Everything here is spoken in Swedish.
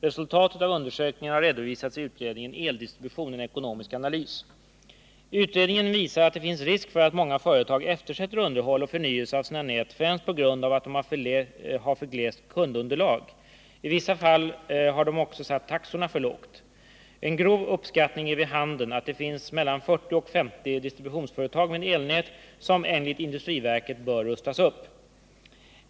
Resultatet av undersökningen har redovisats i utredningen Eldistribution — en ekonomisk analys. Utredningen visar att det finns risk för att många företag eftersätter underhåll och förnyelse av sina nät främst på grund av att de har för glest kundunderlag. I vissa fall har de också satt taxorna för lågt. En grov uppskattning ger vid handen att det finns mellan 40 och 50 distributionsföretag med elnät som, enligt industriverket, bör rustas upp.